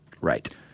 Right